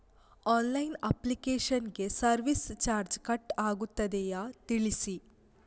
Online application ಗೆ service charge cut ಆಗುತ್ತದೆಯಾ ತಿಳಿಸಿ?